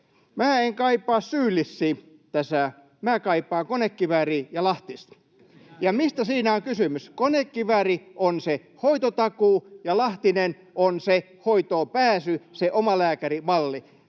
”Mää en kaipaa syylissi täsä, mää kaipaan konekivääri ja Lahtist.” Mistä siinä on kysymys? Konekivääri on se hoitotakuu, ja Lahtinen on se hoitoonpääsy, se omalääkärimalli.